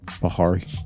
Bahari